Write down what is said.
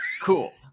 Cool